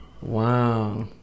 Wow